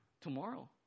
Tomorrow